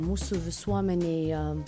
mūsų visuomenėje